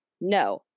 no